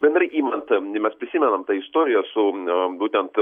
bendrai imant mes prisimenam tą istoriją su būtent